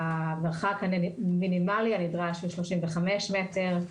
המרחק המינימלי שנדרש הוא 35 מטרים,